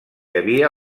havia